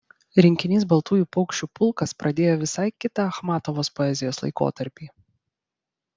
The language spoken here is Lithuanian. rinkinys baltųjų paukščių pulkas pradėjo visai kitą achmatovos poezijos laikotarpį